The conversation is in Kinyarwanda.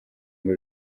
ngo